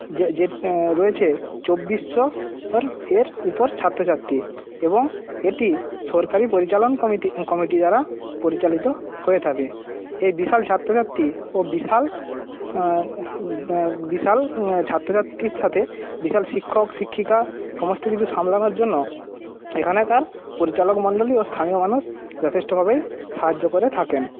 য যে রয়েছে চব্বিশশোর ওপর ছাত্রছাত্রী এবং এটি সরকারি পরিচালন কমিতি কমিটি দ্বারা পরিচালিত হয়ে থাকে এই বিশাল ছাত্রছাত্রী ও বিশাল বিশাল ছাত্রছাত্রীর সাথে বিশাল শিক্ষক শিক্ষিকা সমস্ত কিছু সামলানোর জন্য এখানে তার পরিচালকমণ্ডলী ও স্থানীয় মানুষ যথেষ্টভাবেই সাহায্য করে থাকেন